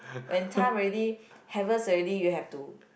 when time ready harvest already you have to